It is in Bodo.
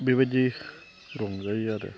बेबायदि रंजायो आरो